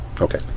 Okay